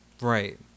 Right